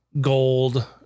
gold